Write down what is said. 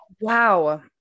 Wow